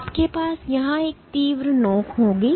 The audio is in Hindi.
तो आपके पास यहां एक तीव्र नोक होगी